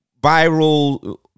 viral